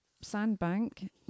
Sandbank